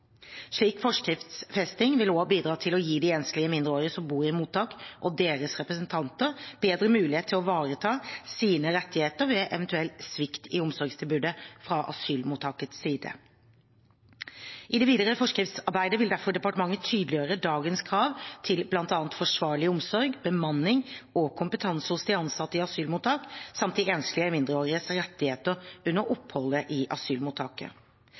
slik forskriftsfesting vil også bidra til å gi de enslige mindreårige som bor i mottak, og deres representanter, bedre mulighet til å ivareta sine rettigheter ved eventuell svikt i omsorgstilbudet fra asylmottakets side. I det videre forskriftsarbeidet vil derfor departementet tydeliggjøre dagens krav til bl.a. forsvarlig omsorg, bemanning og kompetanse hos de ansatte i asylmottak, samt de enslige mindreåriges rettigheter under oppholdet i